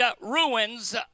ruins